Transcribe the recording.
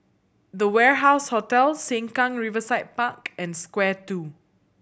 The Warehouse Hotel Sengkang Riverside Park and Square Two